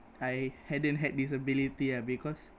I hadn't had this ability ah because